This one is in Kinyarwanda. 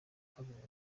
tubonye